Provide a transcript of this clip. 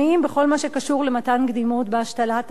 מה שקשור למתן קדימות בהשתלת האיברים.